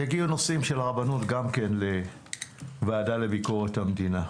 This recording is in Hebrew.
אני מניח שיגיעו נושאים של הרבנות גם כן לוועדה לביקורת המדינה.